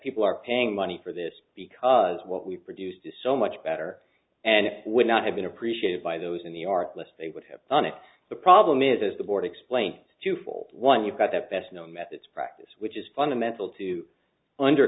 people are paying money for this because what we've produced to so much better and would not have been appreciated by those in the art less they would have done it the problem is as the board explained to fall one you've got that best known methods practice which is fundamental to under